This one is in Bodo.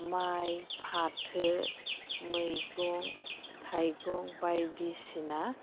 माइ फाथो मैगं थाइगं बायदिसिना